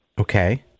Okay